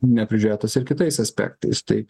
neprižiūrėtas ir kitais aspektais tai